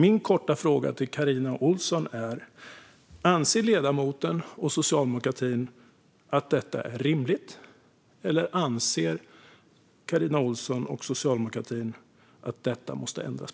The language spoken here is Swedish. Min korta fråga till Carina Ohlsson är: Anser ledamoten och socialdemokratin att detta är rimligt, eller anser Carina Ohlsson och socialdemokratin att detta måste ändras?